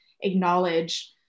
acknowledge